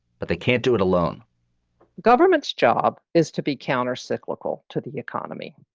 but they can't do it alone government's job is to be countercyclical to the economy.